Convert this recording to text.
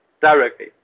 directly